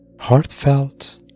heartfelt